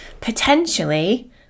potentially